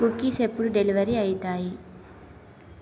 cookies ఎప్పుడు delivery అవుతాయి